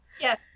Yes